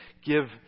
give